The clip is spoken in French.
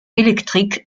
électrique